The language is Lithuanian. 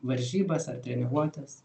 varžybas ar treniruotes